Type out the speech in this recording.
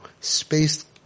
Spaced